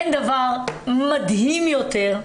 אין דבר מדהים יותר,